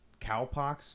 cowpox